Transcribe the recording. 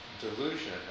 delusion